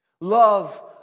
Love